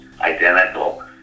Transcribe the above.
identical